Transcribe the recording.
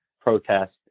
protest